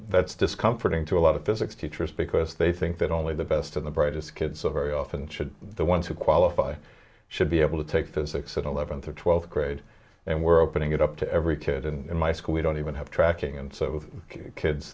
that's discomforting to a lot of physics teachers because they think that only the best and the brightest kids are very often should the ones who qualify should be able to take the six and eleven through twelfth grade and we're opening it up to every kid in my school we don't even have tracking and so kids